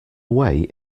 away